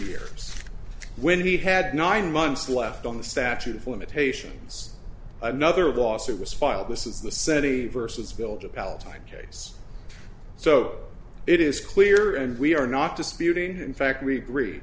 years when he had nine months left on the statute of limitations another lawsuit was filed this is the seti versus filter pal type case so it is clear and we are not disputing in fact we agree